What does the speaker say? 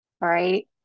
right